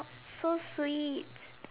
so sweet